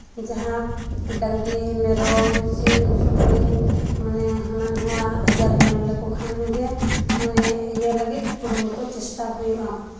ᱡᱟᱦᱟᱸ ᱰᱟᱝᱨᱤ ᱢᱮᱨᱚᱢ ᱥᱤᱢ ᱥᱩᱠᱨᱤ ᱢᱟᱱᱮ ᱦᱟᱱᱟ ᱱᱚᱣᱟ ᱟᱡᱟᱨ ᱧᱟᱢ ᱞᱮᱠᱚ ᱠᱷᱟᱱ ᱜᱮ ᱢᱟᱱᱮ ᱤᱭᱟᱹ ᱞᱟᱹᱜᱤᱫ ᱠᱩᱨᱩᱢᱩᱴᱩ ᱪᱮᱥᱴᱟ ᱦᱩᱭᱩᱜᱼᱟ